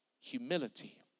humility